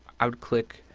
i would click.